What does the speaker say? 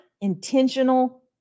intentional